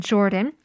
Jordan